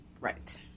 Right